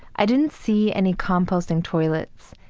i didn't see any composting toilets,